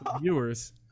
viewers